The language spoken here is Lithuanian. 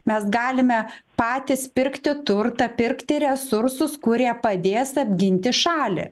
mes galime patys pirkti turtą pirkti resursus kurie padės apginti šalį